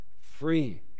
free